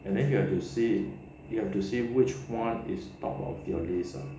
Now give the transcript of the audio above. and then you will have to see you have to see which one is top of your list ah